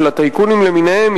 של הטייקונים למיניהם,